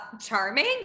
charming